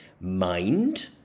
mind